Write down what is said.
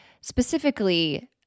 specifically